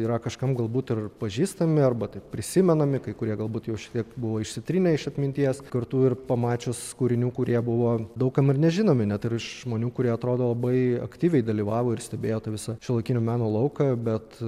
yra kažkam galbūt ir pažįstami arba taip prisimenami kai kurie galbūt jau šie tiek buvo išsitrynę iš atminties kartu ir pamačius kūrinių kurie buvo daug kam ir nežinomi net ir žmonių kurie atrodo labai aktyviai dalyvavo ir stebėjo tą visą šiuolaikinio meno lauką bet